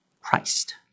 Christ